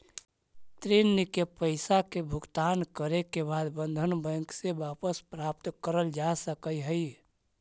ऋण के पईसा के भुगतान करे के बाद बंधन बैंक से वापस प्राप्त करल जा सकऽ हई